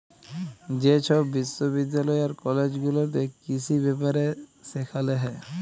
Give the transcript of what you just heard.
যে ছব বিশ্ববিদ্যালয় আর কলেজ গুলাতে কিসি ব্যাপারে সেখালে হ্যয়